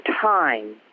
time